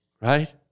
right